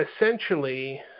essentially